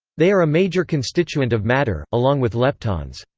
they are a major constituent of matter, along with leptons.